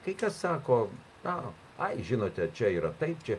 kai kas sako na ai žinote čia yra taip čia